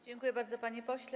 Dziękuję bardzo, panie pośle.